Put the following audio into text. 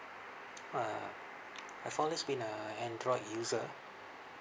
!wah! I've always been a android user